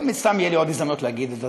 מן הסתם תהיה לי עוד הזדמנות להגיד את זה,